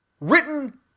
written